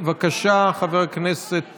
בבקשה, חבר הכנסת